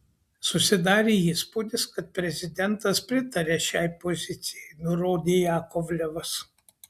susidarė įspūdis kad prezidentas pritaria šiai pozicijai nurodė jakovlevas